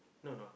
no no